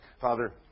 Father